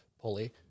pulley